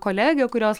kolegę kurios